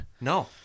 No